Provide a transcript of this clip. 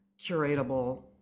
curatable